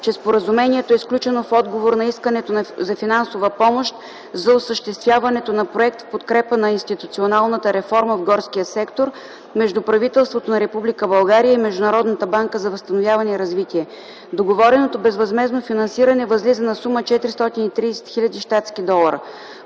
че Споразумението е сключено в отговор на искането за финансова помощ за осъществяването на Проект в подкрепа на институционалната реформа в горския сектор между правителството на Република България и Международната банка за възстановяване и развитие. Договореното безвъзмездно финансиране възлиза на сума 430 хил. щ. д.